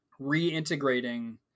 reintegrating